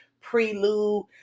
prelude